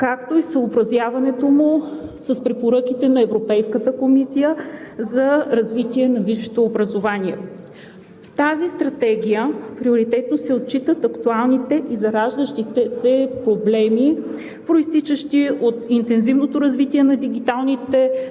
както и съобразяването му с препоръките на Европейската комисия за развитие на висшето образование. В тази стратегия приоритетно се отчитат актуалните и зараждащи се проблеми, произтичащи от интензивното развитие на дигиталните